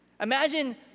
Imagine